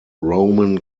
roman